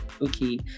Okay